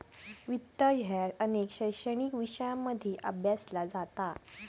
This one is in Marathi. वित्त ह्या अनेक शैक्षणिक विषयांमध्ये अभ्यासला जाता